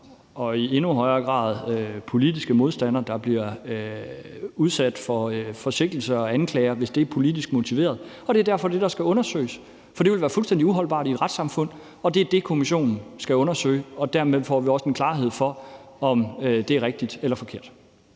og i endnu højere grad politiske modstandere, som bliver udsat for sigtelser og anklager. Det er ikke rimeligt, hvis det er politisk motiveret. Det er derfor, det er det, der skal undersøges, for det ville være fuldstændig uholdbart i et retssamfund. Det er det, kommissionen skal undersøge, og dermed får vi også en klarhed over, om det er rigtigt eller forkert.